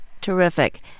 Terrific